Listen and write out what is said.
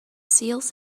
seals